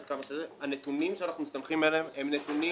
הנתונים שאנחנו מסתמכים עליהם הם נתונים